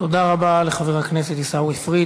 תודה רבה לחבר הכנסת עיסאווי פריג'.